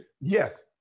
Yes